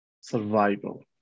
survival